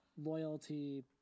loyalty